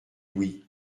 oui